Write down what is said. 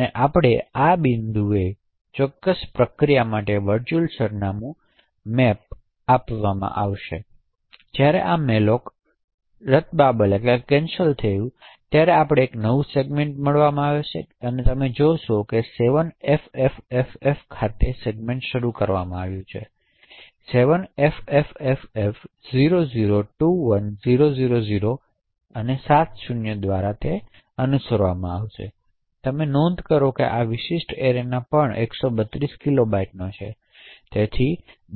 હવે આપણે બિંદુએ આ ચોક્કસ પ્રક્રિયા માટે વર્ચ્યુઅલ સરનામું નકશો દેખાશે જ્યારે આ malloc રદબાતલમળ્યું છે કે આપણે તે એક નવું સેગમેન્ટ બનાવવામાં આવ્યું છે જોશો 7ffff ખાતે સેગમેન્ટમાં શરૂ 7 ffff0021000 7 શુન્યો દ્વારા અનુસરવામાં જેથી તમે નોંધ કરો કે આ વિશિષ્ટ એરેના પણ 132 કિલોબાઇટોનો છે તેથી